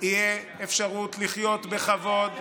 תהיה אפשרות לחיות בכבוד,